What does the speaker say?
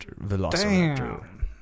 Velociraptor